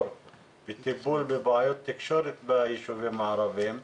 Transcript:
לטיפול בבעיות תקשורת ביישובים הערביים.